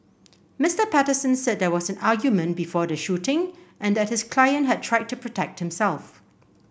Mister Patterson said there was an argument before the shooting and that his client had tried to protect himself